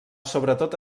sobretot